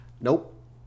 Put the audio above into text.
Nope